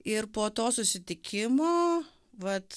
ir po to susitikimo vat